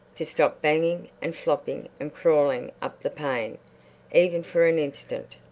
to stop banging and flopping and crawling up the pane even for an instant.